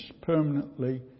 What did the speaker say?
permanently